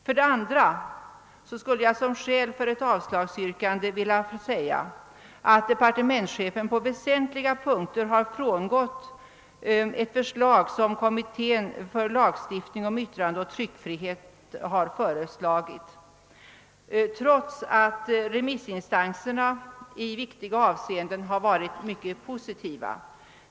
För det andra skulle jag som skäl för avslag vilja framhålla, att departementschefen på väsentliga punkter har från gått ett förslag från kommittén för lagstiftning om yttrandeoch tryckfrihet, trots att remissinstanserna i viktiga avseenden varit mycket positiva.